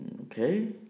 Okay